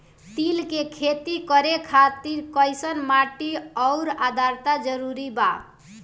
तिल के खेती करे खातिर कइसन माटी आउर आद्रता जरूरी बा?